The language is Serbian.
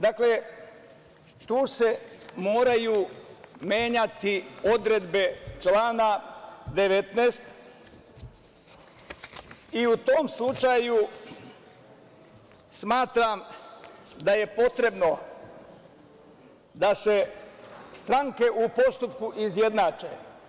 Dakle, tu se moraju menjati odredbe člana 19. i u tom slučaju smatram da je potrebno da se stranke u postupku izjednače.